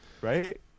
right